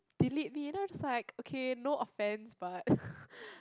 delete me then I was just like no offence but